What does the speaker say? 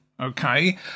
okay